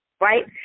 right